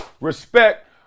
respect